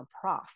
prof